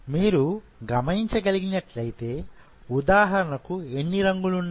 మీరు గమనించగలిగినట్లయితే ఉదాహరణకు ఎన్ని రంగులు ఉన్నాయి